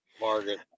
Margaret